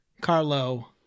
Carlo